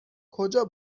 کجا